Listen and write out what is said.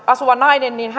asuva nainen